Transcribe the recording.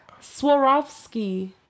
Swarovski